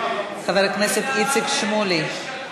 חבר הכנסת איציק שמולי.